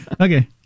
Okay